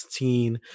16